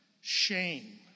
shame